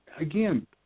Again